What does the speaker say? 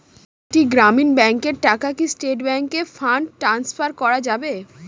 একটি গ্রামীণ ব্যাংকের টাকা কি স্টেট ব্যাংকে ফান্ড ট্রান্সফার করা যাবে?